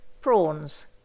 Prawns